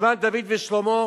מזמן דוד ושלמה,